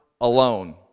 alone